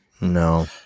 No